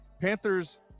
Panthers